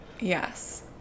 Yes